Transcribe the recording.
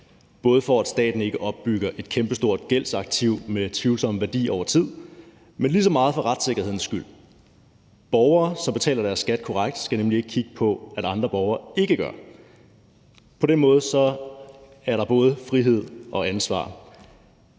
både for at staten ikke opbygger et kæmpestort gældsaktiv med tvivlsomme værdier over tid, men lige så meget for retssikkerhedens skyld. Borgere, som betaler deres skat korrekt, skal nemlig ikke kigge på, at andre borgere ikke gør det. På den måde er der både frihed og ansvar.